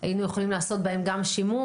היינו יכולים לעשות גם בהן שימוש,